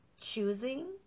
choosing